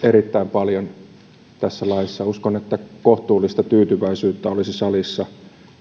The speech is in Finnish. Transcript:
paljon ja uskon että kohtuullista tyytyväisyyttä olisi salissa